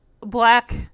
black